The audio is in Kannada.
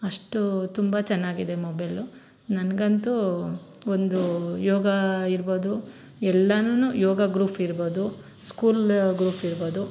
ಅಷ್ಟು ತುಂಬ ಚೆನ್ನಾಗಿದೆ ಮೊಬೈಲು ನನಗಂತೂ ಒಂದು ಯೋಗ ಇರ್ಬೋದು ಎಲ್ಲನು ಯೋಗ ಗ್ರೂಫ್ ಇರ್ಬೋದು ಸ್ಕೂಲ್ಲ ಗ್ರೂಫ್ ಇರ್ಬೋದು